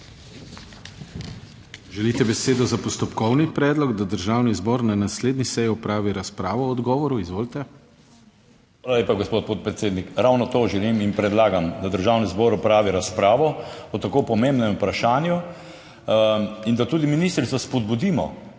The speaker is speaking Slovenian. Želite besedo za postopkovni predlog, da Državni zbor na naslednji seji opravi razpravo o odgovoru? Izvolite. JOŽEF HORVAT (PS NSi): Hvala lepa, gospod podpredsednik. Ravno to želim in predlagam, da Državni zbor opravi razpravo o tako pomembnem vprašanju in da tudi ministrico spodbudimo,